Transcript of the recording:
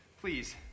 Please